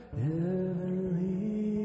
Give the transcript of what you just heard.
heavenly